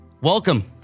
welcome